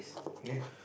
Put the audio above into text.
ya